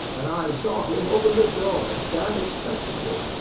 and i saw him open the door and stand expectantly.